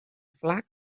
flac